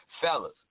fellas